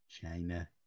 China